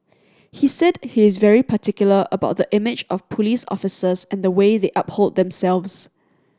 he said he is very particular about the image of police officers and the way they uphold themselves